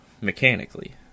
mechanically